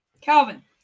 Calvin